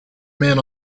man